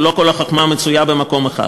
לא כל החוכמה מצויה במקום אחד.